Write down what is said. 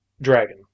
Dragon